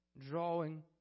drawing